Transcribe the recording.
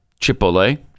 Chipotle